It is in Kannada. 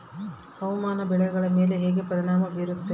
ಹವಾಮಾನ ಬೆಳೆಗಳ ಮೇಲೆ ಹೇಗೆ ಪರಿಣಾಮ ಬೇರುತ್ತೆ?